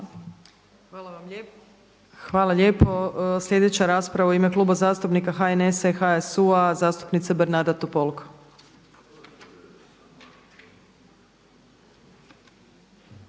Milanka (SDP)** Hvala lijepo. Sljedeća rasprava u ime Kluba zastupnika HNS-a i HSU-a zastupnica Bernarda Topolko.